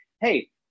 hey